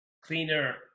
cleaner